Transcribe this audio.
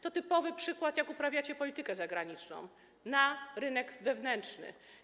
To typowy przykład, jak uprawiacie politykę zagraniczną - na rynek wewnętrzny.